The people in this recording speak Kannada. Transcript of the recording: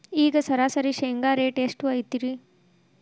ಈಗ ಸರಾಸರಿ ಶೇಂಗಾ ರೇಟ್ ಎಷ್ಟು ಐತ್ರಿ?